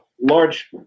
large